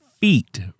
feet